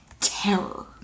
terror